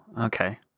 Okay